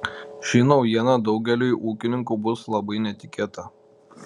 ši naujiena daugeliui ūkininkų bus labai netikėta